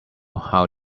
how